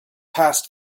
passed